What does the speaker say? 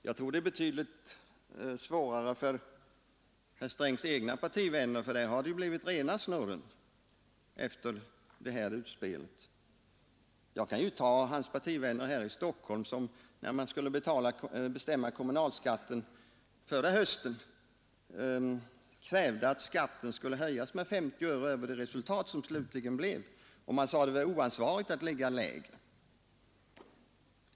Jag tror det är betydligt svårare för herr Strängs egna partivänner — där har det blivit rena snurren efter herr Strängs utspel. Herr Strängs partivänner här i Stockholm t.ex. krävde förra hösten att kommunalskatten skulle höjas med 50 öre mer än vad kommunfullmäktige sedan beslöt och sade då att det var oansvarigt att ligga lägre.